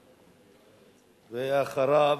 ואחריו,